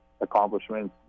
accomplishments